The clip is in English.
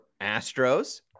Astros